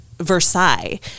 Versailles